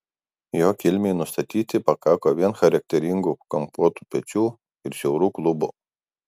jo kilmei nustatyti pakako vien charakteringų kampuotų pečių ir siaurų klubų